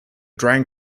drank